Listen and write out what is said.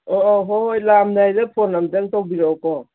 ꯑꯥ ꯑꯥ ꯍꯣꯏ ꯍꯣꯏ ꯂꯥꯛꯑꯝꯗꯥꯏꯗ ꯐꯣꯟ ꯑꯝꯇꯪ ꯇꯧꯕꯤꯔꯛꯑꯣꯀꯣ